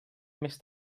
més